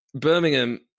Birmingham